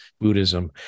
Buddhism